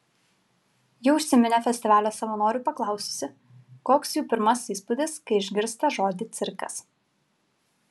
ji užsiminė festivalio savanorių paklausiusi koks jų pirmas įspūdis kai išgirsta žodį cirkas